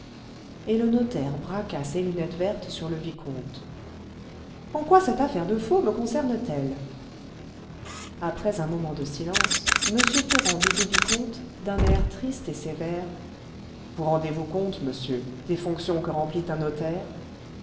et le notaire braqua ses lunettes vertes sur le vicomte en quoi cette affaire de faux me concerne t elle après un moment de silence m ferrand dit au vicomte d'un air triste et sévère vous rendez-vous compte monsieur des fonctions que remplit un notaire